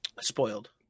spoiled